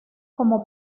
como